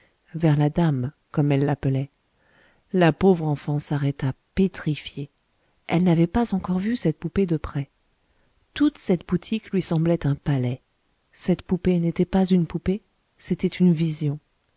vers la dame comme elle l'appelait la pauvre enfant s'arrêta pétrifiée elle n'avait pas encore vu cette poupée de près toute cette boutique lui semblait un palais cette poupée n'était pas une poupée c'était une vision